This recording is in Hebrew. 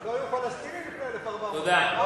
לא היו פלסטינים לפני 1,400 שנה.